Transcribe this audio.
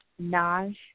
Naj